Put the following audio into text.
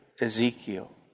Ezekiel